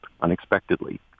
unexpectedly